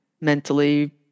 mentally